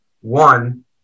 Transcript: One